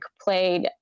played